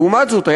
לעומת זאת,